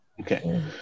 Okay